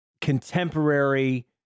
contemporary